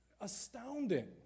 Astounding